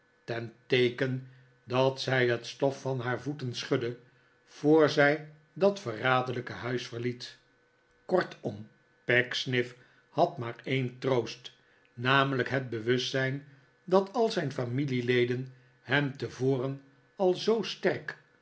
ten teeken dat zij het stof van haar voeten schudde voor zij dat verraderlijke huis verliet kortom pecksniff had maar een troost namelijk het bewustzijn dat al zijn familieleden hem tevoren al zoo sterk